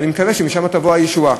ואני מקווה שמשם תבוא הישועה.